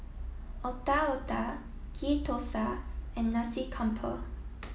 Otak Otak Ghee Thosai and Nasi Campur